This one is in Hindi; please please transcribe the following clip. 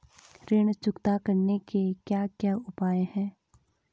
ऋण चुकता करने के क्या क्या उपाय हैं?